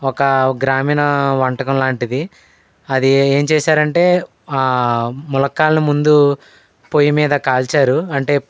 ఒక గ్రామీణ వంటకం లాంటిది అది ఏం చేసారంటే ములక్కాడల ముందు పొయ్యి మీద కాల్చారు అంటే